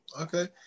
okay